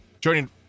Joining